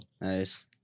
Nice